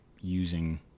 using